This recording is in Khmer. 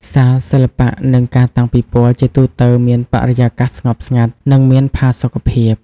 សាលសិល្បៈ និងការតាំងពិពណ៌ជាទូទៅមានបរិយាកាសស្ងប់ស្ងាត់ និងមានផាសុកភាព។